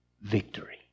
victory